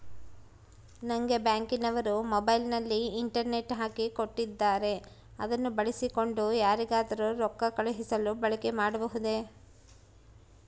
ನಂಗೆ ಬ್ಯಾಂಕಿನವರು ಮೊಬೈಲಿನಲ್ಲಿ ಇಂಟರ್ನೆಟ್ ಹಾಕಿ ಕೊಟ್ಟಿದ್ದಾರೆ ಅದನ್ನು ಬಳಸಿಕೊಂಡು ಯಾರಿಗಾದರೂ ರೊಕ್ಕ ಕಳುಹಿಸಲು ಬಳಕೆ ಮಾಡಬಹುದೇ?